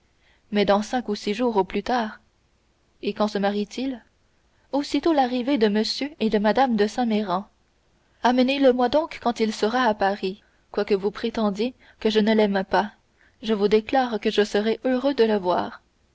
mais dans cinq ou six jours au plus tard et quand se marie t il aussitôt l'arrivée de m et de mme de saint méran amenez-le-moi donc quand il sera à paris quoique vous prétendiez que je ne l'aime pas je vous déclare que je serai heureux de le voir